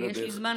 יש לי זמן,